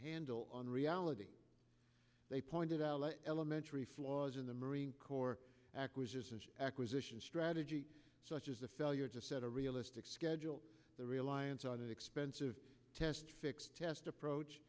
handle on reality they pointed out elementary flaws in the marine corps acquisition acquisition strategy such as the failure to set a realistic schedule the reliance on an expensive test fix test approach